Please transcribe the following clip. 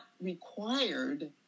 required